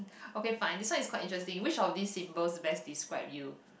okay fine this one is quite interesting which of these symbols best describe you